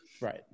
Right